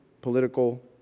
political